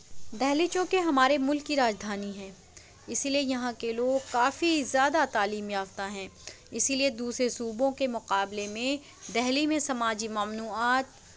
دہلی چونکہ ہمارے ملک کی راجدھانی ہے اسی لیے یہاں کے لوگ کافی زیادہ تعلیم یافتہ ہیں اسی لیے دوسرے صوبوں کے مقابلے میں دہلی میں سماجی ممنوعات